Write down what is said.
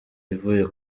ivuye